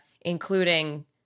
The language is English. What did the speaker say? including